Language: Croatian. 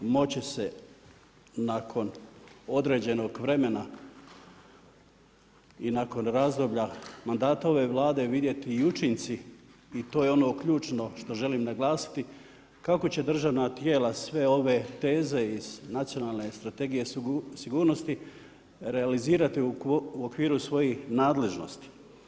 Naravno, moći će se nakon određenog vremena i nakon razdoblja mandata ove Vlade i vidjeti i učinci i to je ono ključno što želim naglasiti, kako će državna tijela sve ove teze iz nacionalne strategije sigurnosti realizirati u okviru svojih nadležnosti.